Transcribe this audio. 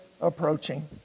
approaching